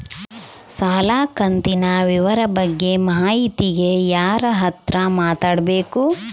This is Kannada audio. ಸಾಲ ಕಂತಿನ ವಿವರ ಬಗ್ಗೆ ಮಾಹಿತಿಗೆ ಯಾರ ಹತ್ರ ಮಾತಾಡಬೇಕು?